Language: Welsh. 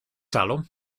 talwm